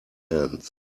ends